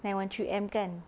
nine one three M kan